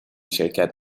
شرکت